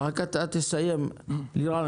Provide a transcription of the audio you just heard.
לירן,